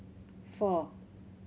four